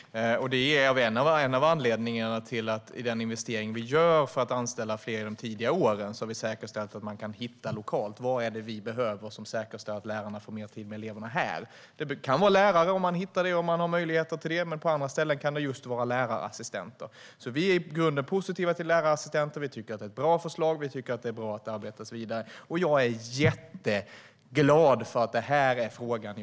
Herr talman! Ja, det är vi. Det är en av anledningarna till den investering som vi gör för att man ska kunna anställa fler inom de tidiga åren. Vi har säkerställt att man ska kunna hitta vad som behövs lokalt för att lärarna ska få mer tid just där. Det kan handla om lärare, om man hittar det och har möjligheter till det. Men på andra ställen kan det handla om just lärarassistenter. Vi är positiva till lärarassistenter. Det är ett bra förslag. Det är bra att det arbetas vidare med det. Jag är jätteglad att jag får den här frågan.